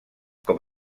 com